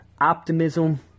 optimism